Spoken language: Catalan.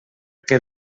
que